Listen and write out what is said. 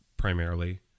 primarily